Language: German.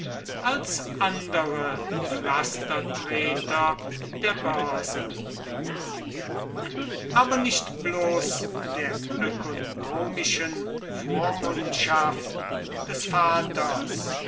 als andere pflastertreter der börse aber nicht bloß der ökonomischen vormundschaft des vaters